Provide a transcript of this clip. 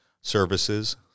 services